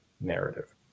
narrative